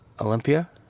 Olympia